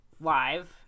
live